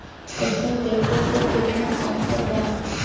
अइसन ट्रैक्टर पर केतना ऑफर बा?